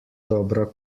dobra